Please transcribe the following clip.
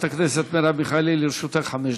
חברת הכנסת מרב מיכאלי, לרשותך חמש דקות.